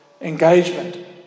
engagement